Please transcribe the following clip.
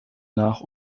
nach